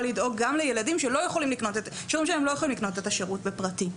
לדאוג גם לילדים שההורים שלהם לא יכולים לקנות את השירות בפרטי.